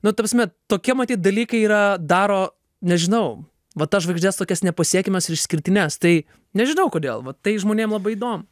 nu ta prasme tokie matyt dalykai yra daro nežinau vat tas žvaigždes tokias nepasiekiamas ir išskirtines tai nežinau kodėl va tai žmonėm labai įdom